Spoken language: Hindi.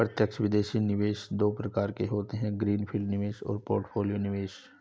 प्रत्यक्ष विदेशी निवेश दो प्रकार के होते है ग्रीन फील्ड निवेश और पोर्टफोलियो निवेश